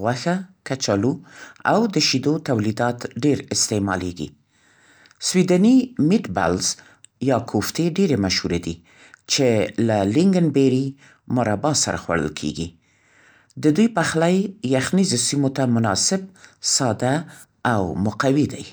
غوښه، کچالو او د شیدو تولیدات ډېر استعمالېږي. «سویدني میټبالز» یا کوفتې ډېرې مشهوره دي، چې له «لینګن بيري» مربا سره خوړل کېږي. د دوی پخلی یخنیزو سیمو ته مناسب، ساده او مقوي دی.